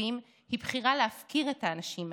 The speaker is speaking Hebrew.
תקציבים היא בחירה להפקיר את האנשים האלה.